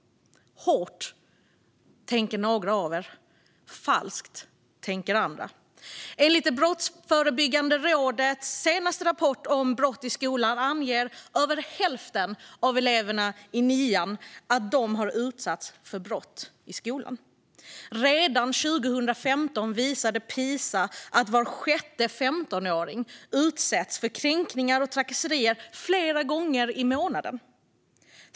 Hårt, tänker några av er. Falskt, tänker andra. Enligt Brottsförebyggande rådets senaste rapport om brott i skolan anger över hälften av eleverna i nian att de har utsatts för brott i skolan. Redan 2015 visade Pisa att var sjätte 15-åring utsätts för kränkningar och trakasserier flera gånger i månaden.